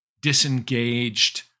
disengaged